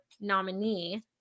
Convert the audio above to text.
nominee